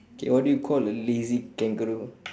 K what you call a lazy kangaroo